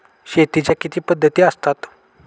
शेतीच्या किती पद्धती असतात?